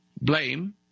blame